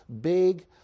big